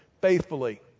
faithfully